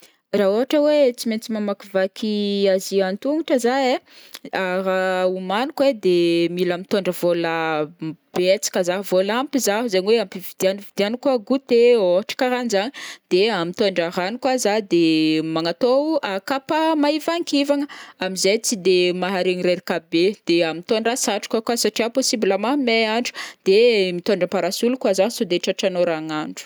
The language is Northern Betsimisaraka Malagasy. Raha ohatra hoe tsy maintsy mamakivaky Asie an-tongotra zah ai, raha homaniko ai de mila mitondra vôla betsaka zah, vola ampy zaho, izaign hoe ampy ividianako goûté ohatra karaha anjagn, de mitondra rano koa zah, de magnatao kapa mahivankivagna amzay tsy de maharegny reraka be, de mitondra satroka koa satria possible mahamay andro, de mitondra amparasoly koa zah saode tratran'oragnandro.